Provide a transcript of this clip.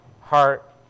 heart